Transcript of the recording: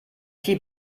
viel